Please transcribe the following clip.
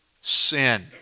sin